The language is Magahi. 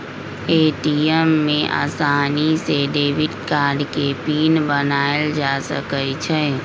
ए.टी.एम में आसानी से डेबिट कार्ड के पिन बनायल जा सकई छई